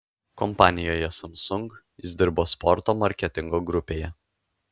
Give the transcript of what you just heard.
kompanijoje samsung jis dirbo sporto marketingo grupėje